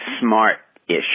smart-ish